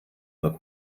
nur